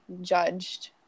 judged